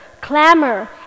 clamor